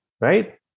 right